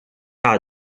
巨大